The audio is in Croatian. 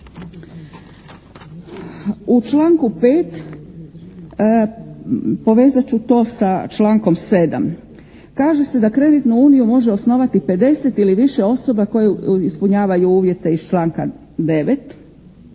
U članku 5. povezat ću to sa člankom 7. kaže se da kreditnu uniju može osnovati 50 ili više osoba koje ispunjavaju uvjete iz članka 9.